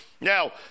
Now